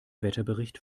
wetterbericht